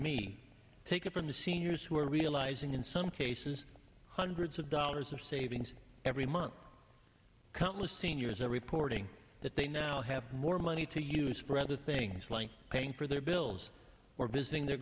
me take it from the seniors who are realizing in some cases hundreds of dollars of savings every month countless seniors are reporting that they now have more money to use for other things like paying for their bills or visiting their